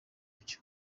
byo